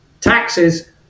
taxes